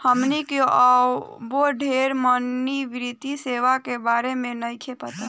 हमनी के अबो ढेर मनी वित्तीय सेवा के बारे में नइखे पता